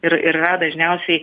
ir yra dažniausiai